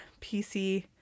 pc